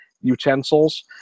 utensils